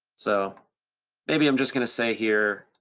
so maybe i'm just gonna say here,